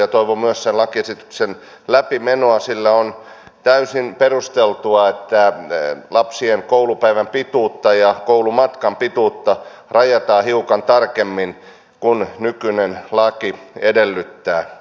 toivon myös lakiesityksen läpimenoa sillä on täysin perusteltua että lapsien koulupäivän pituutta ja koulumatkan pituutta rajataan hiukan tarkemmin kuin nykyinen laki edellyttää